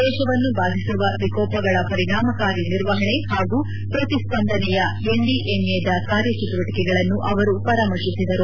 ದೇಶವನ್ನು ಬಾಧಿಸುವ ವಿಕೋಪಗಳ ಪರಿಣಾಮಕಾರಿ ನಿರ್ವಹಣೆ ಹಾಗೂ ಪ್ರತಿ ಸ್ವಂದನೆಯ ಎನ್ಡಿಎಂಎದ ಕಾರ್ಯಚಟುವಟಿಕೆಗಳನ್ನು ಅವರು ಪರಾಮರ್ಶಿಸಿದರು